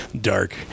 dark